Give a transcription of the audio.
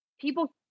People